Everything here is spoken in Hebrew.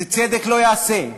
צדק זה לא יעשה.